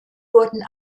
wurden